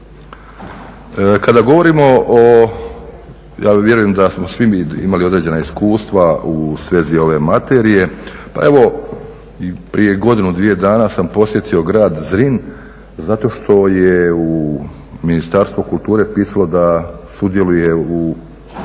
Kada govorimo o, ja vjerujem da smo svi mi imali određena iskustva u svezi ove materija pa evo, prije godinu, dvije dana sam posjetio grad Zrin zato što je u Ministarstvu kulture pisalo da sudjeluje u